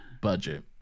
Budget